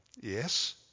Yes